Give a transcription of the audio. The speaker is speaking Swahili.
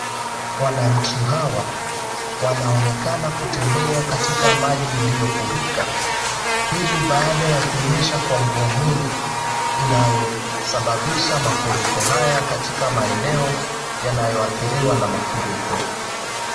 Wananchi hawa wanaonekana kutembea katika maji iliyofurika. Hii ni baada ya kunyesha kwa mvua mwingi inayosababisha mafuriko haya katika maeneo yanayoathiriwa na mafuriko.